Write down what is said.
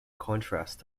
contrast